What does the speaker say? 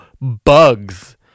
bugs